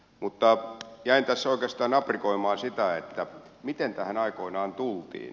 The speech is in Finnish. mutta jäin tässä oikeastaan aprikoimaan sitä miten tähän aikoinaan tultiin